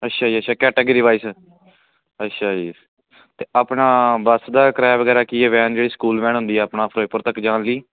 ਅੱਛਾ ਜੀ ਅੱਛਾ ਕੈਟਾਗਰੀ ਵਾਈਸ ਅੱਛਾ ਜੀ ਅਤੇ ਆਪਣਾ ਬੱਸ ਦਾ ਕਿਰਾਇਆ ਵਗੈਰਾ ਕੀ ਹੈ ਵੈਨ ਜਿਹੜੀ ਸਕੂਲ ਵੈਨ ਹੁੰਦੀ ਆਪਣਾ ਫਿਰੋਜ਼ਪੁਰ ਤੱਕ ਜਾਣ ਲਈ